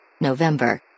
November